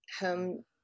home